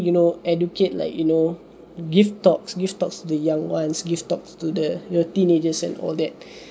you know educate like you know give talks give talk to the young ones give talks to the you know teenagers and all that